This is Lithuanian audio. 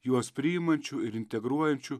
juos priimančių ir integruojančių